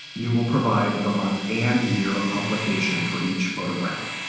you will provide the month and year of publication for each photograph.